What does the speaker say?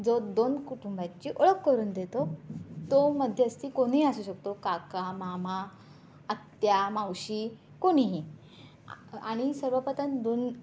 जो दोन कुटुंबाची ओळख करून देतो तो मध्यस्थी कोणीही असू शकतो काका मामा आत्या मावशी कोणीही आ आणि सर्वप्रथम दोन